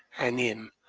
and in,